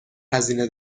هزینه